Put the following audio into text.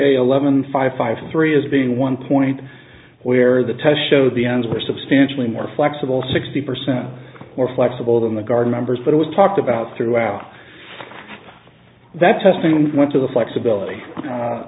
jail levon five five three as being one point where the test showed the ends were substantially more flexible sixty percent more flexible than the guard members but it was talked about throughout that testing and went to the flexibility a